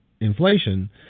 inflation